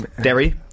Derry